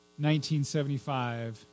1975